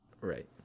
Right